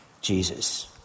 Jesus